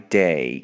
day